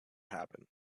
happen